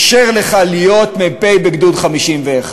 אישר לך להיות מ"פ בגדוד 51?